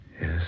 Yes